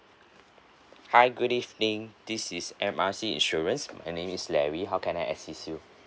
hi good evening this is M R C insurance my name is larry how can I assist you